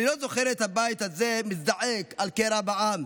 אני לא זוכר את הבית הזה מזדעק על קרע בעם,